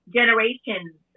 generations